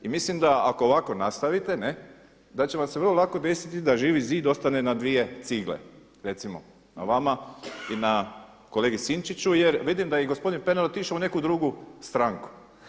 I mislim da ako ovako nastavite da će vam se vrlo lako desiti da Živi zid ostane na dvije cigle recimo na vama i na kolegi Sinčiću jer vidim da je i gospodin Pernar otišao u neku drugu stranku.